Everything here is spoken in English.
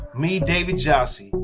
me david jassy,